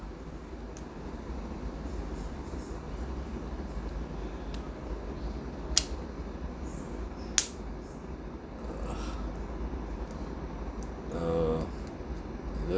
uh